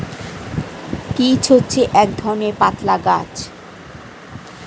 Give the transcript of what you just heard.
peach হচ্ছে এক ধরণের পাতলা গাছ